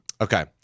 Okay